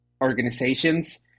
organizations